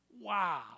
Wow